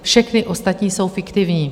Všechny ostatní jsou fiktivní.